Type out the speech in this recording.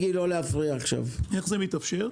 איך זה מתאפשר?